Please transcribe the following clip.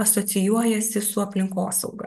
asocijuojasi su aplinkosauga